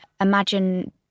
imagine